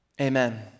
Amen